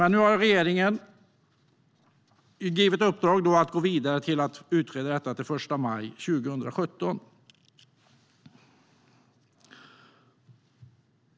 Nu har regeringen givit i uppdrag att gå vidare och utreda detta till den 1 maj 2017.